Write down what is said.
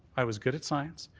i was good at science,